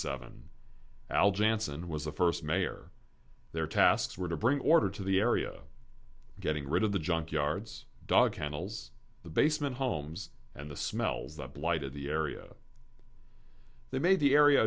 seven al janssen was the first mayor their tasks were to bring order to the area getting rid of the junk yards dog kennels the basement homes and the smells of blight of the area that made the area